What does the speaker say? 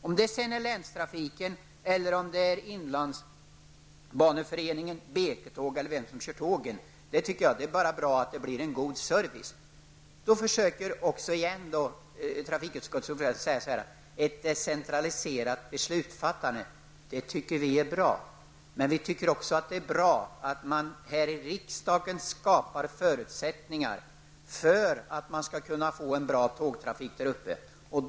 Om länstrafiken, Inlandsbaneföreningen, BK-tåg eller någon annan kör tågen, tycker jag inte spelar någon roll. Huvudsaken är att servicen blir god. Birger Rosqvist talar också om ett decentraliserat beslutsfattande. Ja, det tycker vi är bra, men det är också bra om riksdagen skapar förutsättningar för en god tågtrafik i Norrland.